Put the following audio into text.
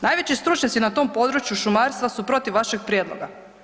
Najveći stručnjaci na tom području šumarstva su protiv vašeg prijedloga.